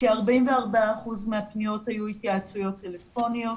כ-44% מהפניות היו התייעצויות טלפוניות.